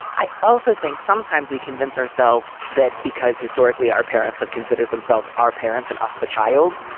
i also think sometimes we convince ourselves that because historically our parents have considered themselves our parents and us the child,